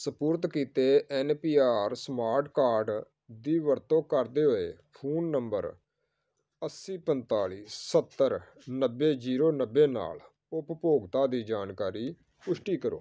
ਸਪੁਰਦ ਕੀਤੇ N P R smart card ਦੀ ਵਰਤੋਂ ਕਰਦੇ ਹੋਏ ਫੋਨ ਨੰਬਰ ਅੱਸੀ ਪੰਤਾਲੀ ਸੱਤਰ ਨੱਬੇ ਜ਼ੀਰੋ ਨੱਬੇ ਨਾਲ ਉਪਭੋਗਤਾ ਦੀ ਜਾਣਕਾਰੀ ਪੁਸ਼ਟੀ ਕਰੋ